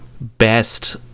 best